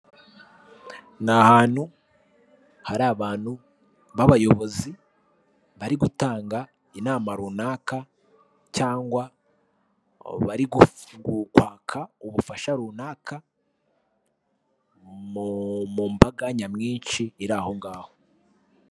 Ni ahantu hari abantu b'abayobozi bari gutanga inama runaka cyangwa bari kwaka ubufasha runaka mu mbaga nyamwinshi iri ahongaho.